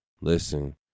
listen